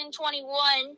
2021